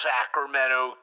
Sacramento